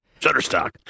Shutterstock